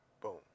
Boom